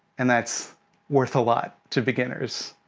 and that's worth a lot to beginners.